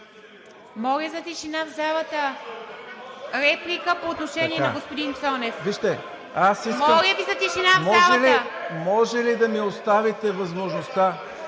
…може ли да ми оставите възможността